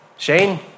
Shane